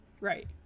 right